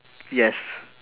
yes